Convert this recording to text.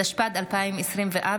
התשפ"ד 2024,